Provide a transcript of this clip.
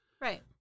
Right